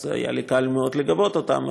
אז היה לי קל מאוד לגבות אותם,